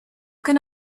can